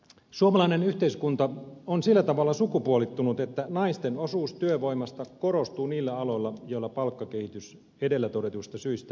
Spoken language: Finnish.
suomalainen yhteiskunta on sillä tavalla sukupuolittunut että naisten osuus työvoimasta korostuu niillä aloilla joilla palkkakehitys edellä todetuista syistä on hidasta